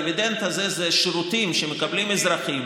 הדיבידנד הזה זה שירותים שמקבלים אזרחים